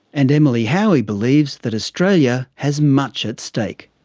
and emily howie believes that australia has much at stake.